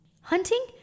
Hunting